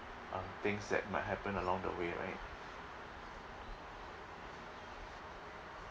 uh things that might happen along the way right